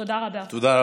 תודה רבה.